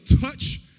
touch